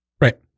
Right